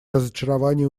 разочарование